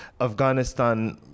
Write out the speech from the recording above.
Afghanistan